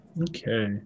Okay